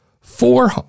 Four